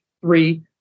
three